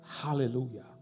Hallelujah